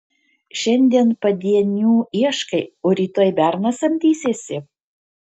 šiandien padienių ieškai o rytoj berną samdysiesi